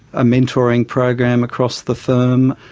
a mentoring program across the firm,